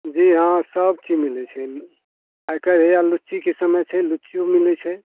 जी हँ सब चीज मिलै छै आइकाल्हि हे लीची के समय छै लीचीयो मिलै छै